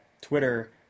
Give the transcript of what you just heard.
Twitter